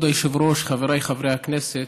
כבוד היושב-ראש, חבריי חברי הכנסת,